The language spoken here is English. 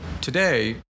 today